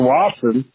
Watson